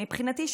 מבחינתי,